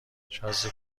شازده